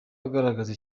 agaragaza